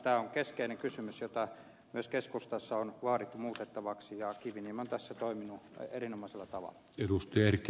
tämä on keskeinen kysymys jota myös keskustassa on vaadittu muutettavaksi ja kiviniemi on tässä toiminut erinomaisella tavalla